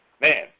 man